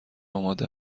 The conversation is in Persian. آماده